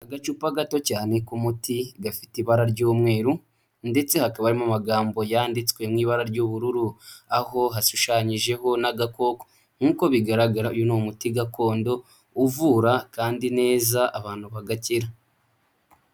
Agacupa gato cyane k'umuti gafite ibara ry'umweru ndetse hakaba harimo amagambo yanditswe'ibara ry'ubururu, aho hashushanyijeho n'agakoko. Nk'uko bigaragara uyu ni umuti gakondo uvura kandi neza abantu bagakira.